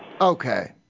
Okay